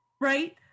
Right